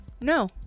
No